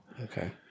okay